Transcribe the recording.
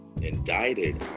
indicted